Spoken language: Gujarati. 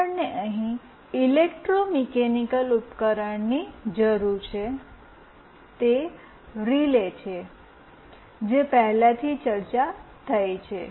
આપણને અહીં ઇલેક્ટ્રોમિકેનિકલ ઉપકરણની જરૂર છે તે રિલે છે જે પહેલાથી ચર્ચા થઈ છે